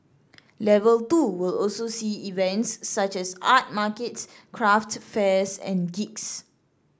level two will also see events such as art markets craft fairs and gigs